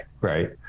right